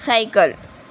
cycle